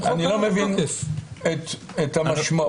אני לא מבין את המשמעות